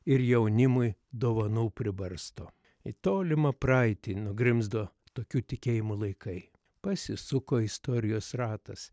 ir jaunimui dovanų pribarsto į tolimą praeitį nugrimzdo tokių tikėjimų laikai pasisuko istorijos ratas